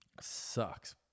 sucks